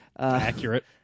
Accurate